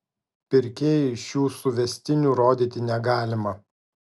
pirkėjui šių suvestinių rodyti negalima